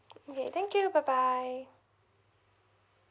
okay thank you bye bye